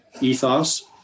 ethos